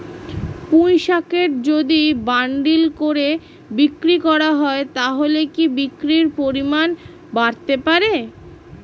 পুঁইশাকের যদি বান্ডিল করে বিক্রি করা হয় তাহলে কি বিক্রির পরিমাণ বাড়তে পারে?